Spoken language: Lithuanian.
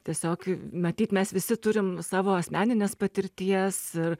tiesiog matyt mes visi turim savo asmeninės patirties ir